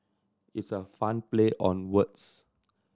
it's a fun play on words